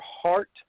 heart